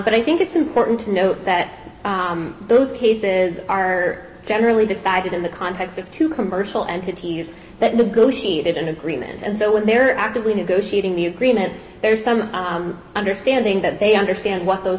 but i think it's important to note that those cases are generally decided in the context of two commercial entities that negotiated an agreement and so when they are actively negotiating the agreement there is some understanding that they understand what those